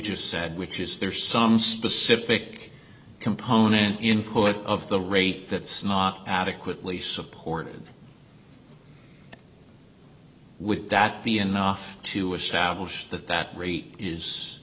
just said which is there some specific component of the rate that's not adequately supported with that be enough to establish that that rate is